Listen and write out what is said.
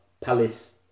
Palace